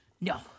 No